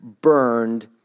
burned